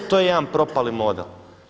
I to je jedan propali model.